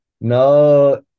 no